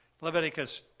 Leviticus